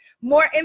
More